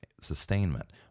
sustainment